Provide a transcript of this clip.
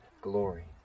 glory